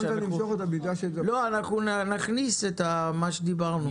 אנחנו נכניס את מה שדיברנו.